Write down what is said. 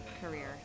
career